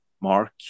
mark